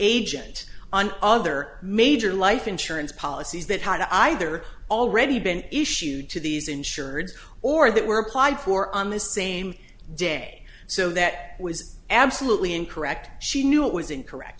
agent on other major life insurance policies that had either already been issued to these insured or that were applied for on the same day so that was absolutely incorrect she knew it was incorrect